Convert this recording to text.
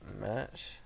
match